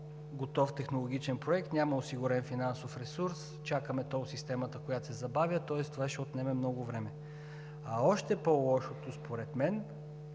готов технологичен проект, няма осигурен финансов ресурс, чакаме тол системата, която се забавя, тоест това ще отнеме много време. Още по-лошото според мен